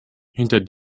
hinter